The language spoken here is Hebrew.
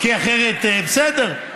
כי אחרת, בסדר.